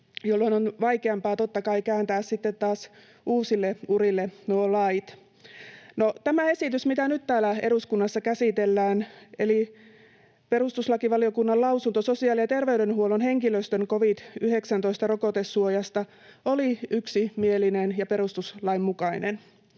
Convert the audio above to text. totta kai vaikeampaa kääntää sitten taas uusille urille nuo lait. No, tämä esitys, mitä nyt täällä eduskunnassa käsitellään, eli perustuslakivaliokunnan lausunto sosiaali- ja terveydenhuollon henkilöstön covid-19‑rokotesuojasta, oli yksimielinen ja perustuslain mukainen.